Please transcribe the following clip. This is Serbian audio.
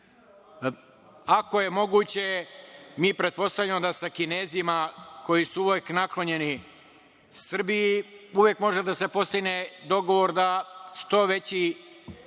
bude iz Kine. Mi pretpostavljamo da sa Kinezima koji su uvek naklonjeni Srbiji uvek može da se postigne dogovor da što veći